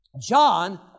John